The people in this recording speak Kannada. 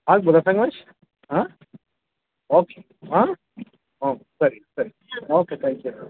ಆಗ್ಬೋದಾ ಧನುಷ್ ಹಾಂ ಓಕೆ ಹಾಂ ಓಕ್ ಸರಿ ಸರಿ ಓಕೆ ತ್ಯಾಂಕ್ ಯು